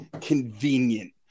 convenient